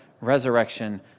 resurrection